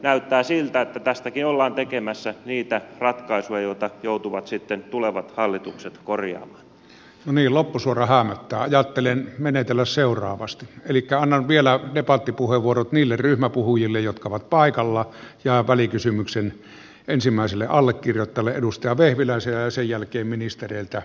näyttää siltä että tästäkin ollaan tekemässä niitä ratkaisuja joita joutuvat sitten tulevat hallitukset korjaa meni loppusuora häämöttää ajattelen menetellä seuraavasta elikkä on vielä ripatti puhe vuorot niille ryhmäpuhujille jotka ovat paikalla ja välikysymyksen ensimmäiselle allekirjoittaneelledusta vehviläisen ja sen jälkeen ministereiltä